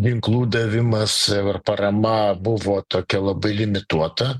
ginklų davimas ar parama buvo tokia labai limituota